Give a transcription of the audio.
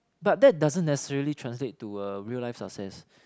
but that doesn't necessary translate to a real life success